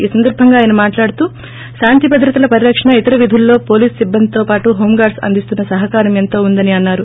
ఈ సందర్భంగా ఆయన మాట్లాడుతూ శాంతి భద్రతల పరిరకణ ఇతర విధుల్లో పోలీసు సిబ్బందితో పాటు హోంగార్డ్స్ అందిస్తున్న సహకారం ఎంతో ఉందని అన్నారు